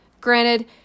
granted